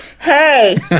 hey